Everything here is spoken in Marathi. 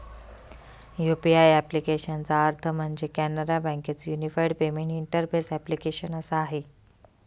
यु.पी.आय ॲप्लिकेशनचा अर्थ म्हणजे, कॅनरा बँके च युनिफाईड पेमेंट इंटरफेस ॲप्लीकेशन असा आहे